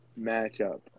matchup